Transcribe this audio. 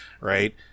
right